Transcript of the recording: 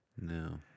No